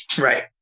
right